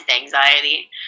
anxiety